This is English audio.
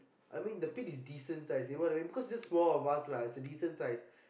I mean the pit is decent size you know what I mean because it's just four of us lah is a decent size